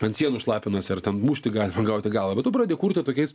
ant sienų šlapinasi ar ten mušti galima gaut į galvą bet tu pradedi kurti tokiais